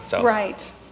Right